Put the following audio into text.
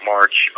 March